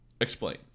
Explain